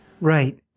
Right